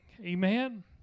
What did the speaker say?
amen